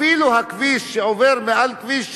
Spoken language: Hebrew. אפילו הכביש שעובר מעל לכביש 6,